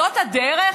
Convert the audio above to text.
זאת הדרך?